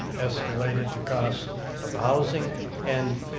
escalated the cost of housing and